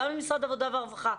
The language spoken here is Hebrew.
גם ממשרד העבודה והרווחה,